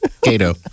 Cato